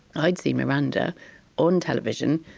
i'd see miranda on television,